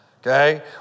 Okay